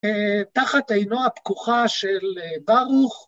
‫תחת עינו הפקוחה של ברוך.